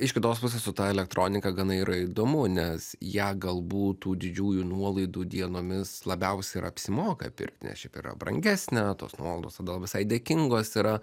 iš kitos pusės su ta elektronika gana yra įdomu nes ją galbūt tų didžiųjų nuolaidų dienomis labiausiai ir apsimoka pirkt nes šiaip yra brangesnė tos nuolaidos tada visai dėkingos yra